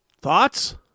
Thoughts